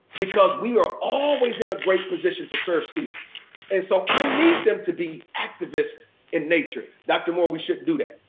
because we are always in a great position to serve students and so i need them to be activists in nature. dr. moore, we shouldn't do that.